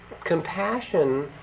Compassion